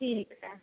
ठीक है